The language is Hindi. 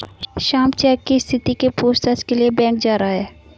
श्याम चेक की स्थिति के पूछताछ के लिए बैंक जा रहा है